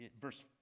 verse